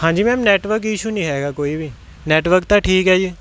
ਹਾਂਜੀ ma'am network issue ਨਹੀਂ ਹੈਗਾ ਕੋਈ ਵੀ ਨੈਟਵਰਕ ਤਾਂ ਠੀਕ ਹੈ ਜੀ